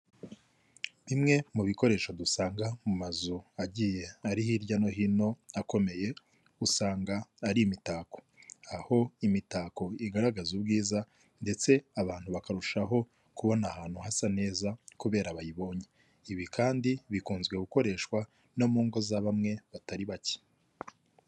Bimwe mu bikoresho dusanga mu mazu agiye ari hirya no hino, akomeye, usanga ari imitako, aho imitako igaragaza ubwiza, ndetse abantu bakarushaho kubona ahantu hasa neza, kubera bayibonye, ibi kandi bikunze gukoreshwa no mu ngo za bamwe batari bake.